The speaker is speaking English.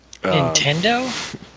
Nintendo